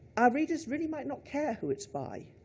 our readers really might not care who it's by.